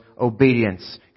obedience